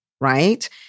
right